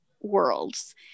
worlds